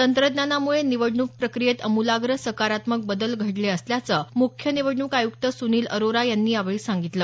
तंत्रज्ञानामुळे निवडणूक प्रक्रियेत अमुलाग्र सकारात्मक बदल घडले असल्याचं मुख्य निवडणूक आयुक्त सुनिल अरोरा यांनी यावेळी सांगितलं